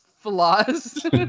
flaws